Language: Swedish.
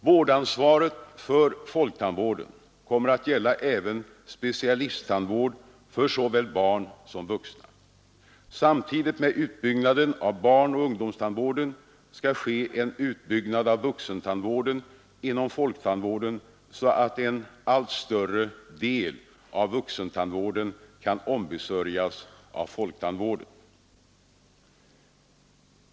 Vårdansvaret för folktandvården kommer att gälla även specialisttandvård för såväl barn som vuxna. Samtidigt med utbyggnaden av barnoch ungdomstandvården skall ske en utbyggnad av vuxentandvården inom folktandvården, så att en allt större del av vuxentandvården kan ombesörjas av folktandvården.